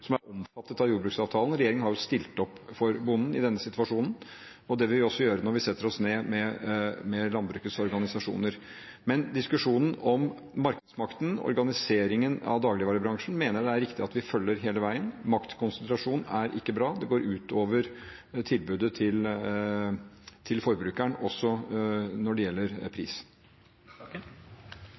som er omfattet av jordbruksavtalen. Regjeringen har stilt opp for bonden i denne situasjonen, og det vil vi også gjøre når vi setter oss ned med landbrukets organisasjoner. Men diskusjonen om markedsmakten og organiseringen av dagligvarebransjen mener jeg det er riktig at vi følger hele veien. Maktkonsentrasjon er ikke bra. Det går ut over tilbudet til forbrukeren, også når det gjelder